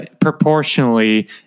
proportionally